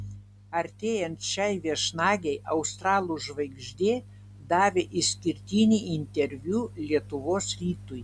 artėjant šiai viešnagei australų žvaigždė davė išskirtinį interviu lietuvos rytui